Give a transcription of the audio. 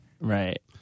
Right